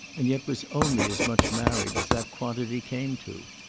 and yet was only as much married as that quantity came to.